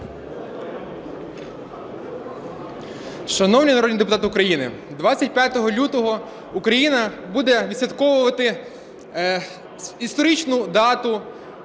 Шановні народні депутати України! 25 лютого Україна буде відсвятковувати історичну дату,